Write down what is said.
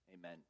Amen